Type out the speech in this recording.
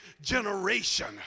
generation